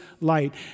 light